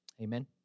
Amen